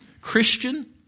Christian